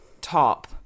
top